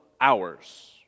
hours